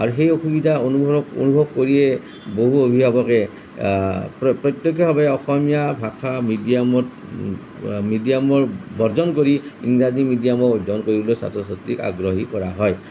আৰু সেই অসুবিধা অনুভৱ অনুভৱ কৰিয়ে বহু অভিভাৱকে প্ৰ প্ৰত্যেকে ভাৱে অসমীয়া ভাষাৰ মিডিয়ামত মিডিয়ামৰ বৰ্জন কৰি ইংৰাজী মিডিয়ামত অধ্যয়ন কৰিবলৈ ছাত্ৰ ছাত্ৰীক আগ্ৰহী কৰা হয়